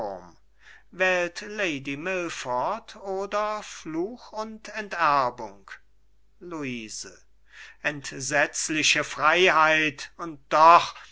lady milford oder fluch und enterbung luise entsetzliche freiheit und doch doch